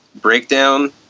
breakdown